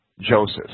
Joseph